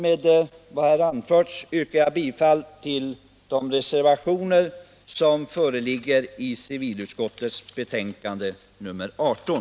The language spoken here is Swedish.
Med vad här anförts yrkar jag bifall till samtliga s-reservationer som föreligger i civilutskottets betänkande nr 18.